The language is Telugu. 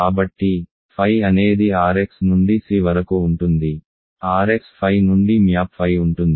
కాబట్టి phi అనేది R x నుండి C వరకు ఉంటుంది R x phi నుండి మ్యాప్ ఫై ఉంటుంది